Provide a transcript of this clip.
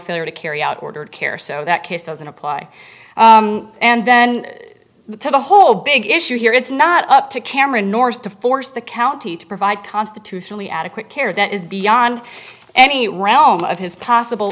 failure to carry out ordered care so that case doesn't apply and then to the whole big issue here it's not up to cameron north to force the county to provide constitutionally adequate care that is beyond any realm of his possible